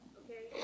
okay